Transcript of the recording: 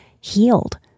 healed